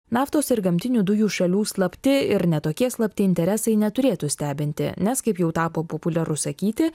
naftos ir gamtinių dujų šalių slapti ir ne tokie slapti interesai neturėtų stebinti nes kaip jau tapo populiaru sakyti